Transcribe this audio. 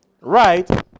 Right